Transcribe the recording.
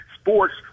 sports